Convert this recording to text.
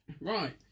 Right